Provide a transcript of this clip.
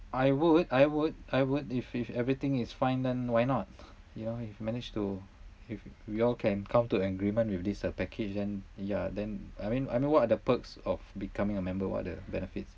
I would I would I would if if everything is fine then why not you know if we managed to if we all can come to an agreement with this uh package then yeah then I mean I mean what are the perks of becoming a member what are the benefits